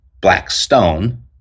Blackstone